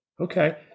Okay